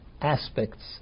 aspects